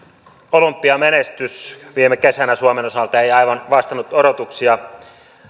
olympiamenestys viime kesänä suomen osalta ei aivan vastannut odotuksia